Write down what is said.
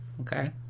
Okay